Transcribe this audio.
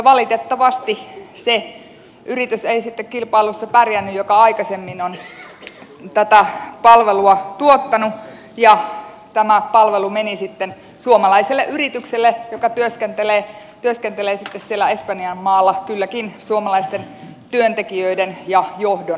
valitettavasti se yritys ei sitten kilpailussa pärjännyt joka aikaisemmin on tätä palvelua tuottanut ja tämä palvelu meni sitten suomalaiselle yritykselle joka työskentelee siellä espanjan maalla kylläkin suomalaisten työntekijöiden ja johdon voimalla